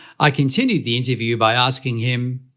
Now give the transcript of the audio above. i continued the interview by asking him,